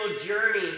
journey